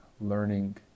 learning